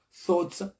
thoughts